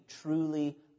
truly